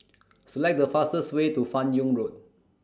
Select The fastest Way to fan Yoong Road